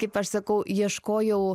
kaip aš sakau ieškojau